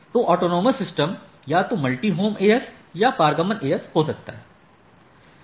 तो autonomous system या तो मल्टी होम AS या पारगमन AS हो सकता है